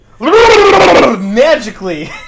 Magically